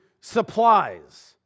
supplies